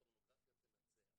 הפורנוגרפיה תנצח.